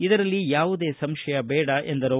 ಇದರಲ್ಲಿ ಯಾವುದೇ ಸಂಶಯಬೇಡ ಎಂದರು